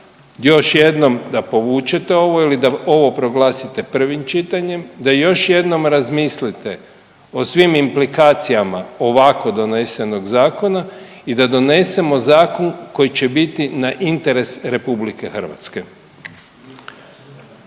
još jednom da povučete ovo ili da ovo proglasite prvim čitanjem, da još jednom razmislite o svim implikacijama ovako donesenog zakona i da donesemo zakon koji će biti na interes RH.